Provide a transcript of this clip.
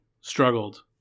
struggled